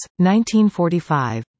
1945